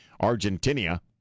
Argentina